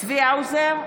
צבי האוזר,